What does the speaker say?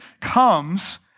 comes